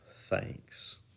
thanks